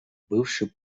бывший